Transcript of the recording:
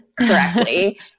correctly